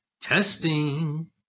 Testing